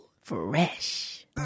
fresh